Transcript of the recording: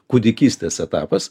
kūdikystės etapas